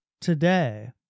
today